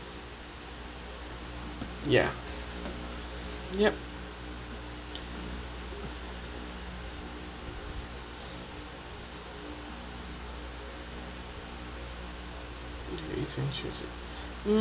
ya yup mm